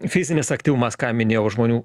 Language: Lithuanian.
fizinis aktyvumas ką minėjau žmonių